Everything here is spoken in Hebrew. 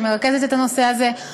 שמרכזת את הנושא הזה,